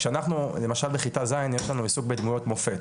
כשאנחנו למשל בכיתה ז' יש לנו עיסוק בדמויות מופת,